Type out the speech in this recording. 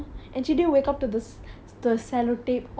oh my god are you kidding me